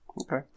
okay